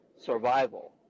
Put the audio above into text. survival